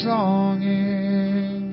longing